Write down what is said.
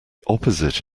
opposite